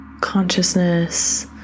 consciousness